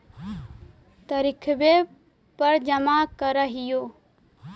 तरिखवे पर जमा करहिओ?